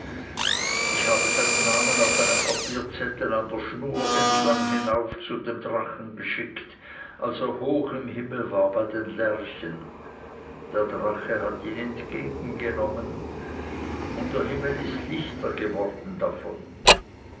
ich habe seinen namen auf einem papierzettel an der schnur entlang hinauf zu dem drachen geschickt als er hoch im himmel war bei den lerchen der drache hat ihn entgegengenommen und der himmel ist lichter davon